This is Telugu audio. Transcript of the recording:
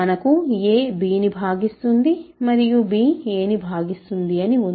మనకు a b ని భాగిస్తుంది మరియు b a ను భాగిస్తుందిఅని ఉంది